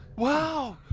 wow!